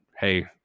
Hey